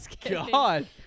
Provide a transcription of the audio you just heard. god